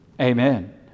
Amen